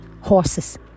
horses